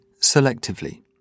selectively